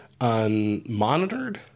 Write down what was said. unmonitored